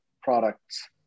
products